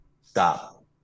stop